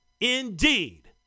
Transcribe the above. Indeed